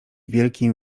wielkim